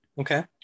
Okay